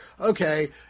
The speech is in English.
Okay